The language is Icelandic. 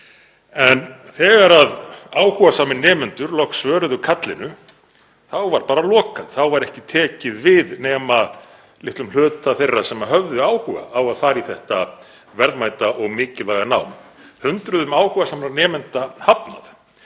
En þegar áhugasamir nemendur svöruðu loks kallinu þá var bara lokað, þá var ekki tekið við nema litlum hluta þeirra sem höfðu áhuga á að fara í þetta verðmæta og mikilvæga nám. Hundruðum áhugasamra nemenda var hafnað.